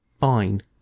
fine